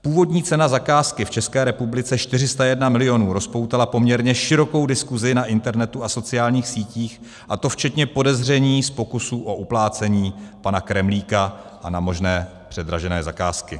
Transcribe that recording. Původní cena zakázky v České republice 401 milionů rozpoutala poměrně širokou diskuzi na internetu a sociálních sítích, a to včetně podezření z pokusu o uplácení pana Kremlíka a na možné předražené zakázky.